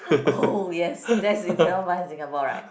oh yes that's you cannot find in Singapore right